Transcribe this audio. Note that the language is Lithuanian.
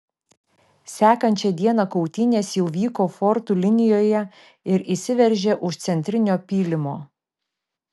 sekančią dieną kautynės jau vyko fortų linijoje ir įsiveržė už centrinio pylimo